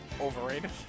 Overrated